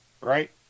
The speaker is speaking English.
Right